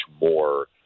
more